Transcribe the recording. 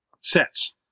sets